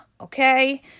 Okay